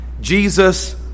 Jesus